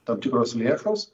tam tikros lėšos